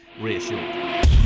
reassured